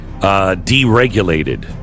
deregulated